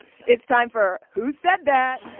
it's time for who said that